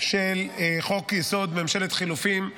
של חוק-יסוד: ממשלת חילופים,